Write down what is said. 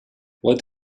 what